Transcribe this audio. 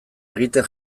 egiten